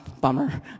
Bummer